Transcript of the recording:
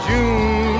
June